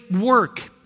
work